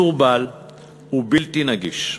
מסורבל ובלתי נגיש.